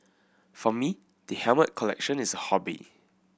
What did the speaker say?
for me the helmet collection is a hobby